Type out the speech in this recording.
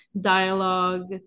dialogue